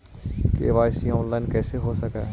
KYC online कैसे हो सक है?